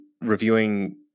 reviewing